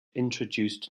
introduced